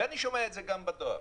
ואני שומע את זה גם בדואר: